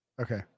Okay